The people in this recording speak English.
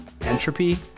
Entropy